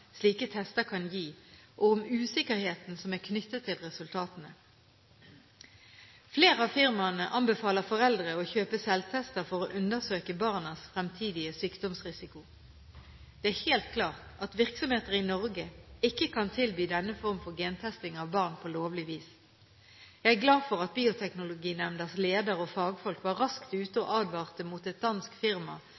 slike tester kan gi, og om usikkerheten som er knyttet til resultatene. Flere av firmaene anbefaler foreldre å kjøpe selvtester for å undersøke barnas fremtidige sykdomsrisiko. Det er helt klart at virksomheter i Norge ikke kan tilby denne form for gentesting av barn på lovlig vis. Jeg er glad for at Bioteknologinemndas leder og fagfolk var raskt ute og